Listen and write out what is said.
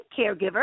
caregiver